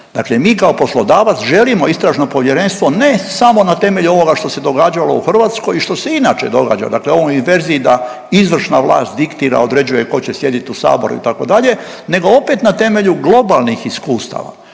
Dakle mi kao poslodavac želimo istražno povjerenstvo ne samo na temelju ovoga što se događalo u Hrvatskoj i što se inače događa dakle u ovoj verziji da izvršna vlast diktira, određuje tko će sjedit u saboru itd. nego opet na temelju globalnih iskustava.